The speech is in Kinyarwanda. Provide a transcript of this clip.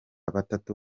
batatu